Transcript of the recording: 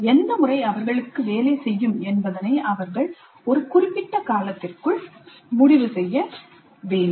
எந்த முறை அவர்களுக்கு வேலை செய்யும் என்பதனை அவர்கள் ஒரு குறிப்பிட்ட காலத்திற்குள் முடிவு செய்ய வேண்டும்